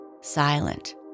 silent